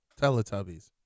Teletubbies